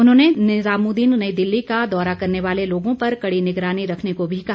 उन्होंने निजामुदीन नई दिल्ली का दौरा करने वाले लोगों पर कड़ी निगरानी रखने को भी कहा